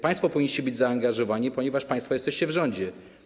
Państwo powinniście być zaangażowani, ponieważ państwo jesteście w rządzie.